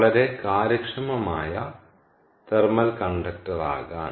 വളരെ കാര്യക്ഷമമായ തെർമൽ കണ്ടക്ടറാകാൻ